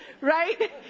right